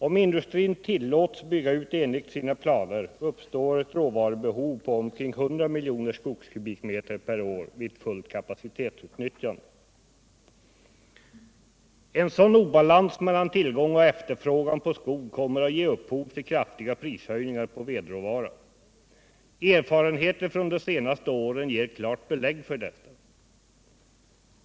Om industrin tillåts bygga ut enligt sina planer uppstår ett råvarubehov på omkring 100 miljoner skogskubikmeter per år vid fullt kapacitetsutnyttjande. En sådan obalans mellan tillgång och efterfrågan på skog kommer att ge upphov till kraftiga prishöjningar på vedråvara. Erfarenheter från de senaste åren ger klart belägg för detta.